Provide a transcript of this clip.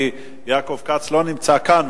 כי יעקב כץ לא נמצא כאן,